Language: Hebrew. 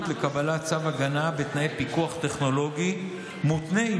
לקבלת צו הגנה בתנאי פיקוח טכנולוגי מותנה,